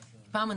פעם,